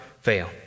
fail